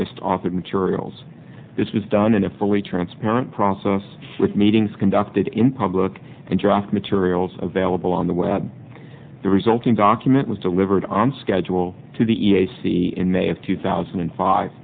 missed authored materials this was done in a fully transparent process with meetings conducted in public and dropped materials available on the web the resulting document was delivered on schedule to the e c in may of two thousand and five